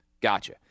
gotcha